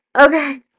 Okay